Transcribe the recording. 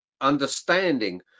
understanding